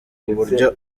kuburyo